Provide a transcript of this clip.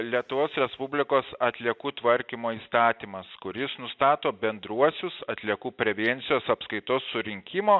lietuvos respublikos atliekų tvarkymo įstatymas kuris nustato bendruosius atliekų prevencijos apskaitos surinkimo